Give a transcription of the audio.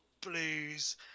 blues